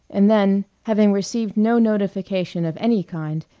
and then, having received no notification of any kind,